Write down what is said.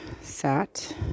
Sat